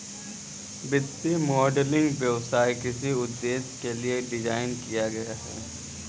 वित्तीय मॉडलिंग व्यवसाय किस उद्देश्य के लिए डिज़ाइन किया गया है?